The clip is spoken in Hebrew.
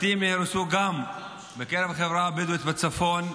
בתים נהרסו גם בקרב החברה הבדואית בצפון.